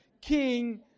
king